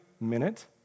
minute